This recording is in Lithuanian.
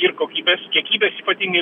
ir kokybės kiekybės ypatingai